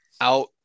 out